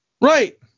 Right